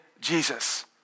Jesus